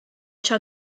tra